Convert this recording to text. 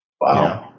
Wow